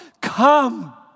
Come